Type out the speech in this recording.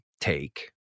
take